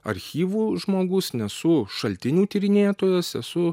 archyvų žmogus nesu šaltinių tyrinėtojas esu